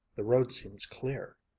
the road seems clear